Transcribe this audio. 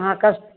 अहाँ कस्ट